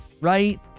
right